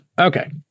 Okay